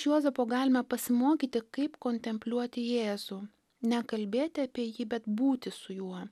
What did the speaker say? iš juozapo galime pasimokyti kaip kontempliuoti jėzų ne kalbėti apie jį bet būti su juo